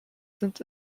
sind